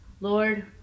Lord